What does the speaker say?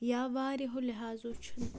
یا واریَہو لِحاظو چھُنہٕ